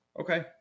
Okay